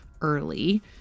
early